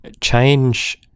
change